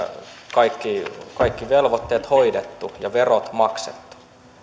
kaikki kaikki velvoitteet hoidettu ja verot maksettu